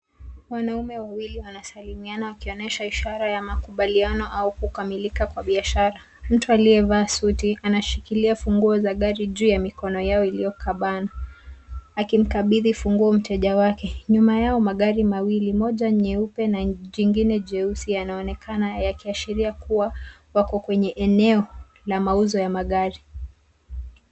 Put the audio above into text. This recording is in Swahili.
Wanaume wawili wanasalimiana wakionyesha ishara ya makubaliano au kukamilika kwa biashara. Mtu aliyevaa suti anashikilia funguo za gari juu ya mikono yao iliyokabana akimkabidhi funguo mteja wake. Nyuma yao magari mawili moja nyeupe na jingine jeusi yanaonekana yakiashiria kuwa yako kwa eneo la mauzo ya magari.